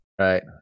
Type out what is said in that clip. right